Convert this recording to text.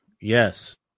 Yes